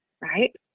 right